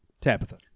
tabitha